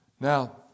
Now